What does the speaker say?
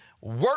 work